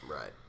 Right